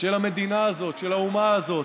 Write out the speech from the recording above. של המדינה הזאת, של האומה הזאת.